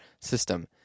system